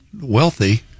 wealthy –